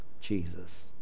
Jesus